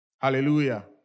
Hallelujah